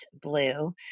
blue